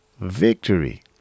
victory